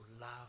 love